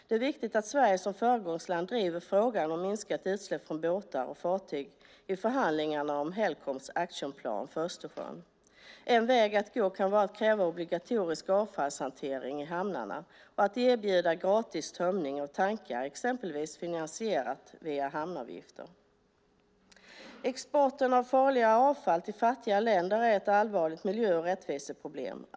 Det är viktigt att Sverige som föregångsland driver frågan om minskat utsläpp från båtar och fartyg i förhandlingarna om Helcoms aktionsplan för Östersjön. En väg att gå kan vara att kräva obligatorisk avfallshantering i hamnarna och att erbjuda gratis tömning av tankar, exempelvis finansierat via hamnavgiften. Exporten av farligt avfall till fattiga länder är ett allvarligt miljö och rättviseproblem.